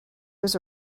was